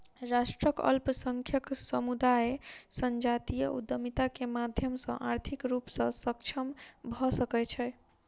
राष्ट्रक अल्पसंख्यक समुदाय संजातीय उद्यमिता के माध्यम सॅ आर्थिक रूप सॅ सक्षम भ सकै छै